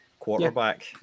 Quarterback